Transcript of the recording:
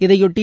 இதையொட்டி